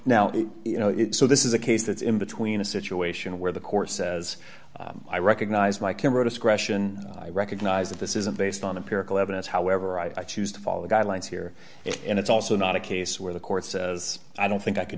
now you know so this is a case that's in between a situation where the court says i recognize my camera discretion i recognize that this isn't based on empirical evidence however i choose to follow the guidelines here and it's also not a case where the court says i don't think i could